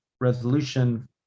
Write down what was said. resolution